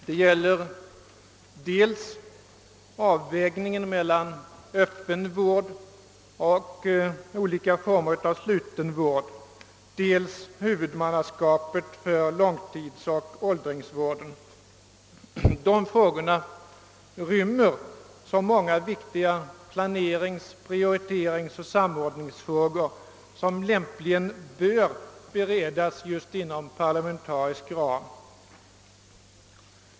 Det gäller dels avvägningen mellan öppen vård och olika former av sluten vård, dels huvudmannaskapet för långtidsoch åldringsvården. Dessa frågor rymmer många viktiga planerings-, prioriteringsoch samordningsproblem, vilka lämpligen bör beredas just inom parlamentarisk ram.